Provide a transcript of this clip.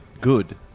good